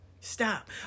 Stop